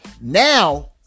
Now